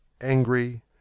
angry